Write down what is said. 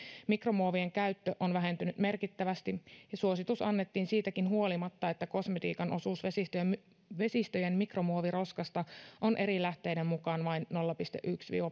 mikromuovien käyttö on vähentynyt merkittävästi ja suositus annettiin siitäkin huolimatta että kosmetiikan osuus vesistöjen vesistöjen mikromuoviroskasta on eri lähteiden mukaan vain nolla pilkku yksi viiva